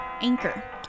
Anchor